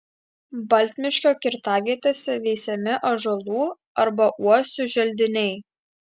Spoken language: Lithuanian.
baltmiškio kirtavietėse veisiami ąžuolų arba uosių želdiniai